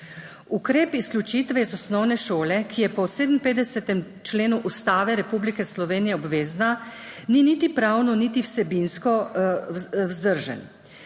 Ukrep izključitve iz osnovne šole, ki je po 57. členu Ustave Republike Slovenije obvezna, ni niti pravno niti vsebinsko vzdržen.